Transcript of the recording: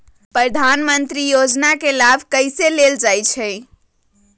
प्रधानमंत्री योजना कि लाभ कइसे लेलजाला?